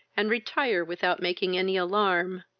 and retire without making any alarm,